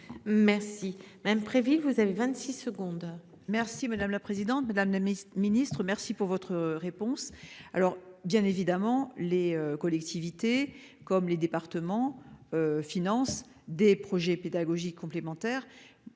Merci madame Préville vous avez 26 secondes. Merci madame la présidente, mesdames Namyst Ministre merci pour votre réponse. Alors bien évidemment les collectivités comme les départements. Financent des projets pédagogiques complémentaires.